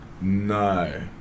No